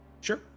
Sure